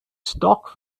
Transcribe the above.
stock